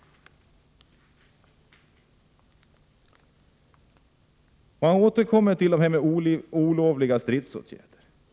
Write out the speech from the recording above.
Man återkommer till frågan om olovliga stridsåtgärder.